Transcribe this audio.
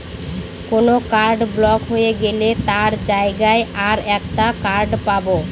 কোন card block হয়ে গেলে তার জায়গায় আর একটা কার্ড পাবো